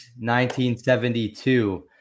1972